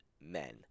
men